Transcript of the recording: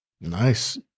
Nice